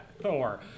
thor